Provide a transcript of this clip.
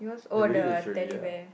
he wants all the Teddy Bear